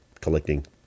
collecting